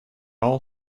all